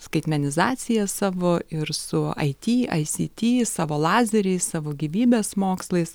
skaitmenizacija savo ir su it aisity savo lazeriais savo gyvybės mokslais